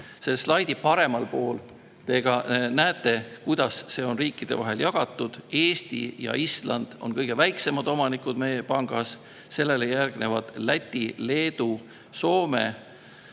Selle slaidi paremal pool te ka näete, kuidas see on riikide vahel jagunenud. Eesti ja Island on kõige väiksemad omanikud meie pangas, järgnevad Läti, Leedu, Soome.